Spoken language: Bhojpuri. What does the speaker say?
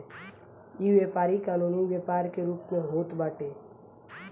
इ व्यापारी कानूनी व्यापार के रूप में होत बाटे